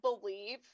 believe